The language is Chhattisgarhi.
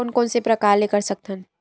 कोन कोन से प्रकार ले कर सकत हन?